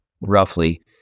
roughly